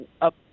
up